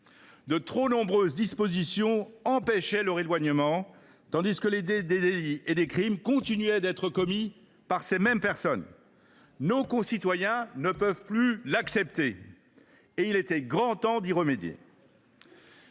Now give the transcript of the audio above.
De trop nombreuses dispositions empêchaient leur éloignement, tandis que des délits et des crimes continuaient d’être commis par ces mêmes personnes. Nos concitoyens ne peuvent plus l’accepter, et il était grand temps d’y remédier.